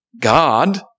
God